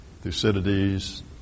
Thucydides